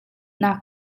nak